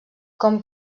com